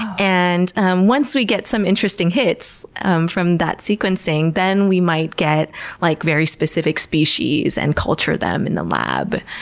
and once we get some interesting hits from that sequencing, then we might get like very specific species and culture them in the lab.